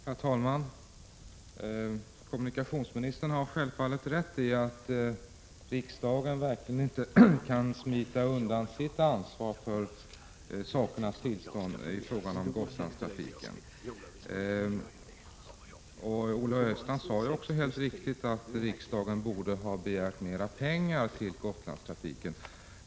Herr talman! Kommunikationsministern har självfallet rätt i att riksdagen verkligen inte kan smita undan sitt ansvar för sakernas tillstånd i fråga om Gotlandstrafiken. Och Olle Östrand sade också helt riktigt att riksdagen borde ha begärt mera pengar till denna trafik.